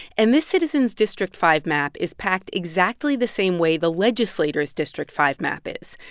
and this citizen's district five map is packed exactly the same way the legislators' district five map is.